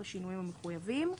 בשינויים המחויבים.